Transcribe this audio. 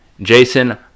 Jason